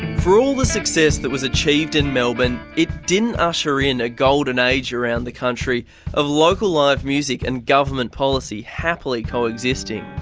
for all the success that was achieved in melbourne, it didn't usher in a golden age around the country of local live music and government policy happily coexisting.